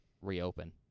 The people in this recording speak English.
reopen